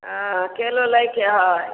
हँ केलो लैके हए